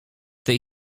tej